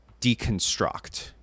deconstruct